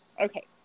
Okay